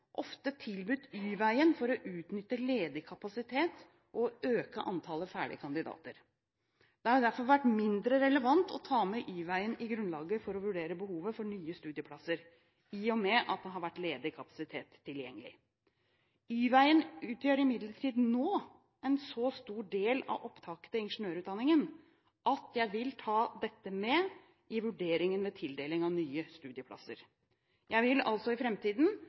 ofte tilbudt Y-veien for å utnytte ledig kapasitet og øke antallet ferdige kandidater. Det har derfor vært mindre relevant å ta med Y-veien i grunnlaget for å vurdere behovet for nye studieplasser, i og med at det har vært ledig kapasitet tilgjengelig. Y-veien utgjør imidlertid nå en så stor del av opptaket til ingeniørutdanningen at jeg vil ta dette med i vurderingen ved tildeling av nye studieplasser. Jeg vil altså i